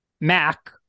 Mac